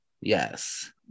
Yes